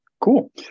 cool